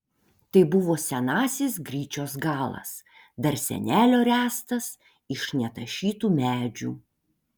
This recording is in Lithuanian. tai buvo senasis gryčios galas dar senelio ręstas iš netašytų medžių